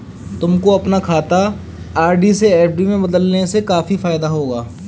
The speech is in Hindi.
तुमको अपना खाता आर.डी से एफ.डी में बदलने से काफी फायदा होगा